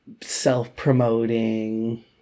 self-promoting